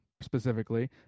specifically